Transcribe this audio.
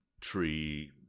tree